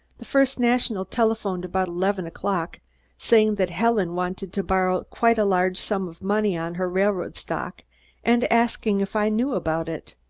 the first national telephoned about eleven o'clock saying that helen wanted to borrow quite a large sum of money on her railroad stock and asking if i knew about it.